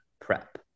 prep